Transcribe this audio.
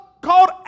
called